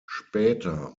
später